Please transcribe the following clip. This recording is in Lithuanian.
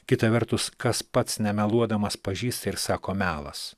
kita vertus kas pats nemeluodamas pažįsta ir sako melas